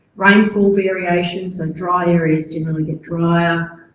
rainfall variations and dry areas generally get drier,